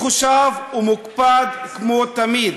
מחושב ומוקפד כמו תמיד.